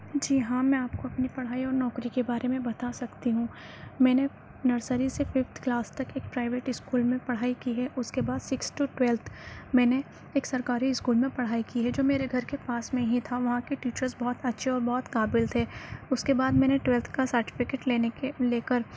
جی ہاں میں آپ کو اپنی پڑھائی اور نوکری کے بارے میں بتا سکتی ہوں میں نے نرسری سے ففتھ کلاس تک ایک پرائیویٹ اسکول میں پڑھائی کی ہے اس کے بعد سکس ٹو ٹویلتھ میں نے ایک سرکاری اسکول میں پڑھائی کی ہے جو میرے گھر کے پاس میں ہی تھا وہاں کے ٹیچرس بہت اچھے اور بہت قابل تھے اس کے بعد میں نے ٹویلتھ کا سرٹیفکیٹ لینے کے لے کر